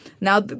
Now